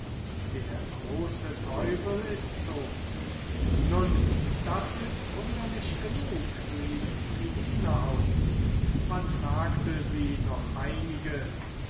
der große teufel ist tot nun das ist wunderlich genug rief philine aus man fragte sie noch einiges